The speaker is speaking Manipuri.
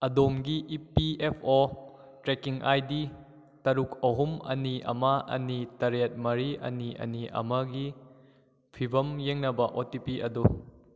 ꯑꯗꯣꯝꯒꯤ E P F O tracking I D ꯇꯔꯨꯛ ꯑꯍꯨꯝ ꯑꯅꯤ ꯑꯃ ꯑꯅꯤ ꯇꯔꯦꯠ ꯃꯔꯤ ꯑꯅꯤ ꯑꯅꯤ ꯑꯃꯒꯤ ꯐꯤꯕꯝ ꯌꯦꯡꯅꯕ ꯑꯣ ꯇꯤ ꯄꯤ ꯑꯗꯣ